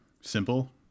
simple